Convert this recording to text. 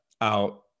out